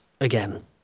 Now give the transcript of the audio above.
Again